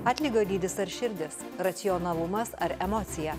atlygio dydis ar širdis racionalumas ar emocija